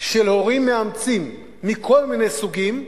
של הורים מאמצים מכל מיני סוגים,